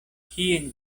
kien